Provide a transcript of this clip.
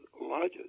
lodges